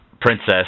Princess